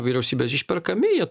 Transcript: vyriausybės išperkami jie